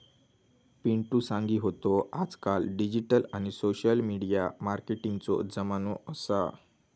पिंटु सांगी होतो आजकाल डिजिटल आणि सोशल मिडिया मार्केटिंगचो जमानो असा